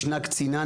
ישנה קצינה,